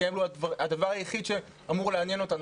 כי זה הדבר היחיד שאמור לעניין אותנו,